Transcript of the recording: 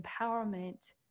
empowerment